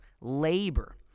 labor